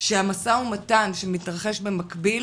שהמשא ומתן שמתרחש במקביל